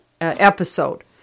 episode